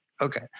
Okay